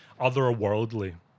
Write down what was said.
otherworldly